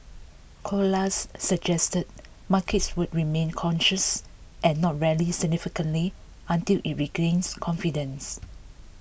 Colas suggested markets would remain cautious and not rally significantly until it regains confidence